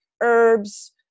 herbs